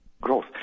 growth